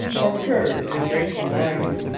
or curved in graceful lines.